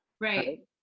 Right